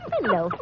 Hello